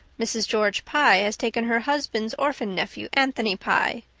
mrs. george pye has taken her husband's orphan nephew, anthony pye.